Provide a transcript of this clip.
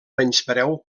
menyspreu